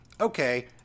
okay